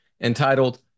entitled